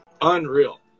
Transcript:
Unreal